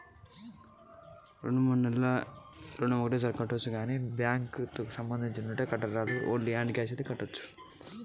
రెండు మూడు నెలల ఋణం ఒకేసారి కట్టచ్చా?